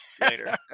later